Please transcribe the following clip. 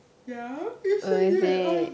ya you say you and I